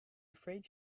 afraid